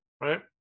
right